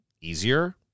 easier